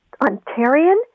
Ontarian